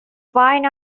find